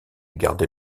garder